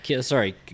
Sorry